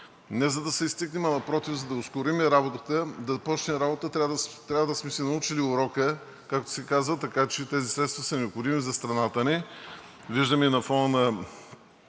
не за да се изтъквам – напротив, за да ускорим работата. За да започне работа, трябва да сме си научили урока. Така че тези средства са необходими за страната ни. Виждаме на фона на